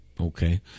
Okay